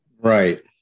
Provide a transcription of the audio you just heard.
Right